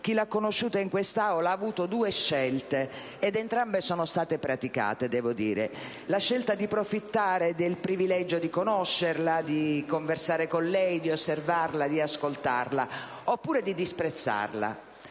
Chi l'ha conosciuta in quest'Aula ha avuto due scelte, entrambe, devo dire, praticate: quella di profittare del privilegio di conoscerla, di conversare con lei, di osservarla e di ascoltarla; oppure quella di disprezzarla,